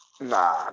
Nah